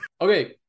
Okay